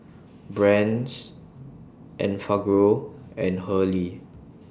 Brand's Enfagrow and Hurley